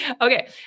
Okay